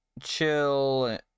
Chill